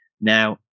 Now